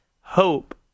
Hope